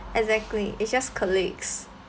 exactly it's just colleagues